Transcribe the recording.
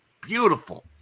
beautiful